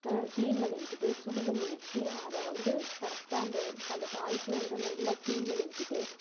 clean பண்ணி விட்டுவிட்டு சுடுதண்ணி வச்சி அதை வந்து கரெக்டாக அந்த அந்த தாயிக்கே வந்து நல்லா கிளீன் பண்ணி விட்டுவிட்டு